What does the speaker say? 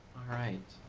alright.